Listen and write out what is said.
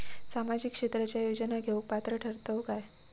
सामाजिक क्षेत्राच्या योजना घेवुक पात्र ठरतव काय?